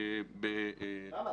למה?